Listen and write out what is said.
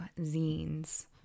zines